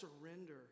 surrender